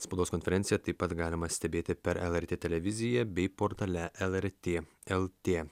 spaudos konferenciją taip pat galima stebėti per lrt televiziją bei portale lrt lt